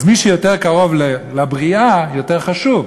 אז מי שיותר קרוב לבריאה יותר חשוב,